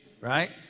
Right